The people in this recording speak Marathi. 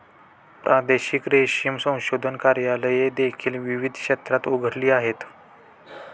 प्रादेशिक रेशीम संशोधन कार्यालये देखील विविध क्षेत्रात उघडली आहेत